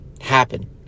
happen